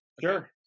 Sure